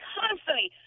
constantly